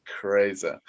crazy